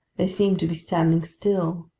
they seemed to be standing still,